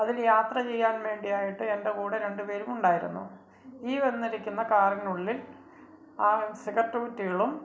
അതിൽ യാത്ര ചെയ്യാൻ വേണ്ടിയായിട്ട് എൻ്റെ കൂടെ രണ്ട് പേരുമുണ്ടായിരുന്നു ഈ വന്നിരിക്കുന്ന കാറിനുള്ളിൽ ആ സിഗരറ്റ് കുറ്റികളും